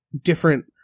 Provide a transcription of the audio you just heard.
different